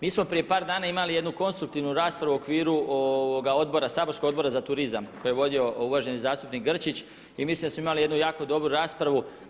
Mi smo prije par dana imali jednu konstruktivnu raspravu u okviru saborskog Odbora za turizam koji je vodio uvaženi zastupnik Grčić, i mislim da smo imali jednu jako dobru raspravu.